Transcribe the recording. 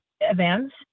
Events